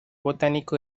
botánico